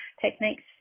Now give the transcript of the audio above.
techniques